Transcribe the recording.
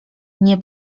nie